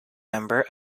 member